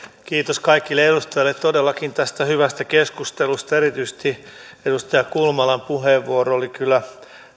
kiitos kaikille edustajille todellakin tästä hyvästä keskustelusta ja erityisesti edustaja kulmalan puheenvuoro oli kyllä